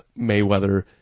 Mayweather